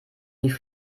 die